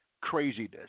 craziness